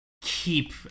keep